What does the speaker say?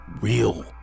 real